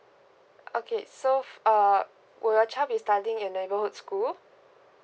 okay so uh would your child be studying in a neighborhood school